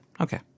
Okay